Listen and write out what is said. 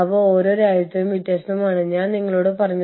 നിങ്ങൾക്ക് മറ്റേ സ്ഥലത്തുള്ള സ്റ്റാഫ് മാത്രം ഉണ്ടായിരിക്കാൻ കഴിയില്ല